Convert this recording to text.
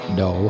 no